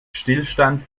stillstand